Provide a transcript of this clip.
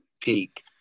peak